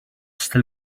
still